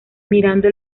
mirando